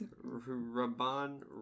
Raban